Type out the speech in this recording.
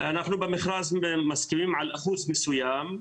במכרז, אנחנו מסכימים על אחוז מסוים,